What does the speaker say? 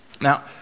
Now